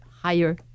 higher